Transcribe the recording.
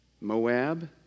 Moab